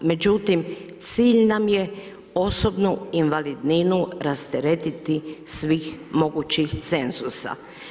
Međutim, cilj nam je osobnu invalidninu, rasteretiti svih mogućih cenzusa.